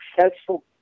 successful